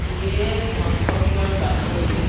rail ধ্বংস হোৱাৰ বাতৰি